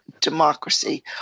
democracy